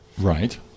Right